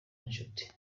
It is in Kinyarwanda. n’inshuti